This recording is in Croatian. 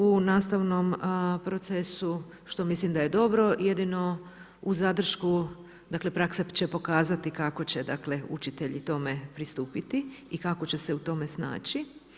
U nastavnom procesu, što mislim da je dobro, jedino u zadršku, dakle, praksa će pokazati kako će učitelji tome pristupiti i kako će se u tome snaći.